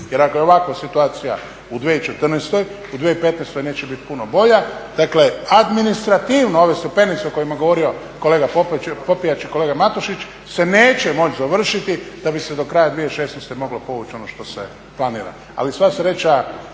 jer ako je ovakva situacija u 2014.u 2015.neće biti puno bolja, dakle administrativno ove stepenice o kojima je govorio kolega Popijač i kolega Matušić se neće moći završiti da bi se do kraja 2016.moglo povući ono što se planira. Ali sva sreća